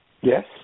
Yes